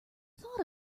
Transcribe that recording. thought